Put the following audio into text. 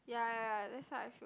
ya ya ya that's how I feel